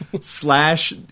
Slash